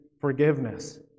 forgiveness